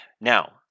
Now